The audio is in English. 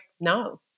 no